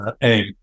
aim